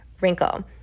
wrinkle